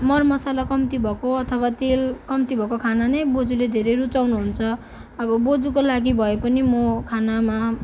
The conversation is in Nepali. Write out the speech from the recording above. मर मसला कम्ती भएको अथवा तेल कम्ती भएको खानानै बोज्यूले धेरै रुचाउनु हुन्छ अब बोज्यूको लागि भएपनि म खानामा